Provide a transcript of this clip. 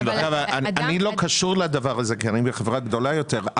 אני לא קשור לדבר הזה כי אני בחברה גדולה יותר,